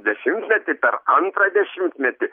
dešimtmetį per antrą dešimtmetį